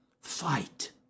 fight